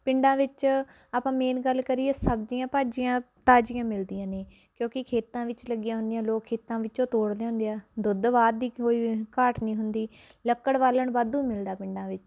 ਪਿੰਡਾਂ ਵਿੱਚ ਆਪਾਂ ਮੇਨ ਗੱਲ ਕਰੀਏ ਸਬਜ਼ੀਆਂ ਭਾਜ਼ੀਆਂ ਤਾਜੀਆਂ ਮਿਲਦੀਆਂ ਨੇ ਕਿਉਂਕਿ ਖੇਤਾਂ ਵਿੱਚ ਲੱਗੀਆਂ ਹੁੰਦੀਆਂ ਲੋਕ ਖੇਤਾਂ ਵਿੱਚੋਂ ਤੋੜ ਲਿਆਉਂਦੇ ਹੈ ਦੁੱਧ ਵਾਧ ਦੀ ਕੋਈ ਘਾਟ ਨਹੀਂ ਹੁੰਦੀ ਲੱਕੜ ਬਾਲਣ ਵਾਧੂ ਮਿਲਦਾ ਪਿੰਡਾਂ ਵਿੱਚ